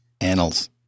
Annals